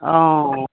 অঁ